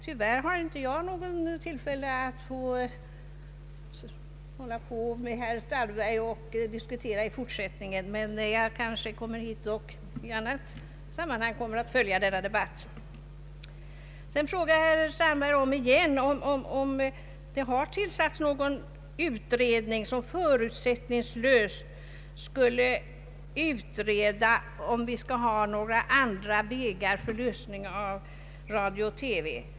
Jag har inget ytterligare tillfälle att diskutera dessa frågor med herr Strandberg, men jag kommer ändå att följa denna debatt. Herr Strandberg frågar omigen om det har tillsatts någon utredning som förutsättningslöst skulle utreda eventuella andra lösningar för finansiering av radio och TV.